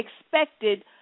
expected